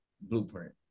Blueprint